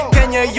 Kenya